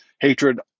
hatred